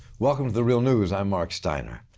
welcome to the real news. i'm marc steiner.